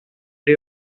day